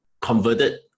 converted